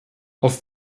auf